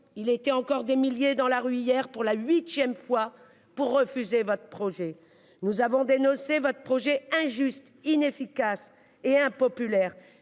Ils étaient encore des milliers dans la rue hier, pour la huitième fois, pour dire leur refus de votre projet. Nous avons dénoncé votre réforme injuste, inefficace et impopulaire,